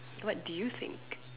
what do you think